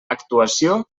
actuació